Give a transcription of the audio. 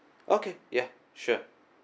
okay ya sure